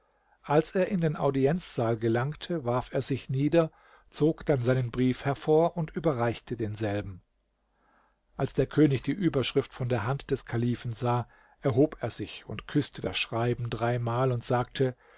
als er in den audienzsaal gelangte warf er sich nieder zog dann seinen brief hervor und überreichte denselben als der könig die überschrift von der hand des kalifen sah erhob er sich und küßte das schreiben dreimal und sagte